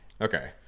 Okay